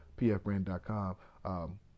pfbrand.com